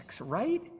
right